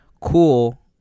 cool